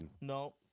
no